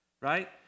right